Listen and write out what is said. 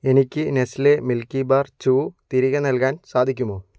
എനിക്ക് Nestle Milkybar ചൂ തിരികെ നൽകാൻ സാധിക്കുമോ